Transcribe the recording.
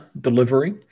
delivery